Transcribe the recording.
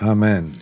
Amen